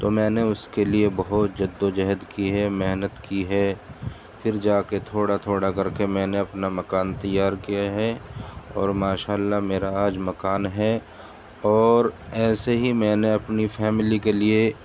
تو میں نے اس کے لیے بہت جدوجہد کی ہے محنت کی ہے پھر جا کے تھوڑا تھوڑا کر کے میں نے اپنا مکان تیار کیا ہے اور ماشاء اللہ میرا آج مکان ہے اور ایسے ہی میں نے اپنی فیملی کے لیے